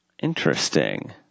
Interesting